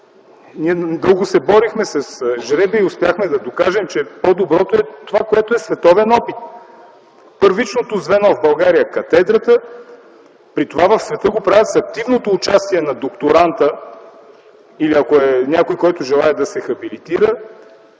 ние дълго се борихме с жребия и успяхме да докажем, че по-доброто е това, което е световен опит – първичното звено в България – катедрата. При това в света го правят с активното участие на докторанта, или ако е някой, който желае да се хабилитира,